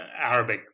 Arabic